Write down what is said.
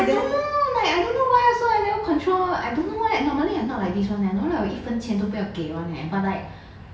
I don't know eh I don't know why also I never control I don't know eh normally I not like this [one] leh normally I will 一分钱都不要给 [one] leh but like